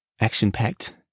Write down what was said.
action-packed